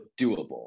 doable